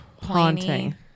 haunting